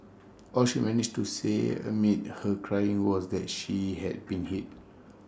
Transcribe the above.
all she managed to say amid her crying was that she had been hit